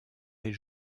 est